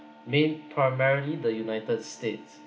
main primarily the united states